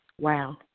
Wow